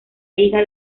hija